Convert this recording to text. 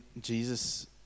Jesus